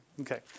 Okay